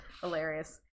Hilarious